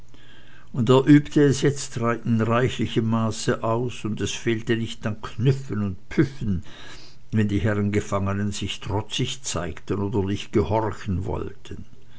und er übte es jetzt in reichlichem maße aus und es fehlte nicht an knüffen und püffen wenn die herren gefangenen sich trotzig zeigten oder nicht gehorchen wollten